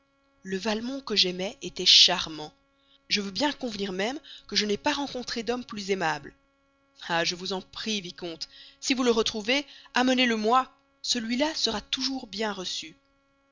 le valmont que j'aimais était charmant je veux bien convenir même que je n'ai pas rencontré d'homme plus aimable ah je vous en prie vicomte si vous le retrouvez amenez-le moi celui-là sera toujours bien reçu